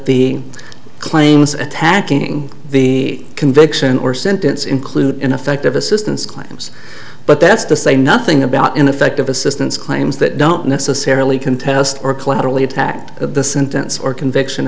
the claims attacking the conviction or sentence include ineffective assistance claims but that's to say nothing about ineffective assistance claims that don't necessarily contest or collaterally attack of the sentence or conviction